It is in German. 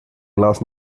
glas